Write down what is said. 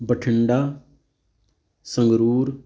Bathinda Sangrur